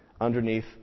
underneath